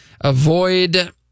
Avoid